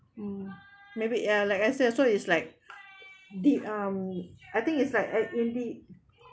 mm maybe uh like I said so is like the um I think it's like uh in the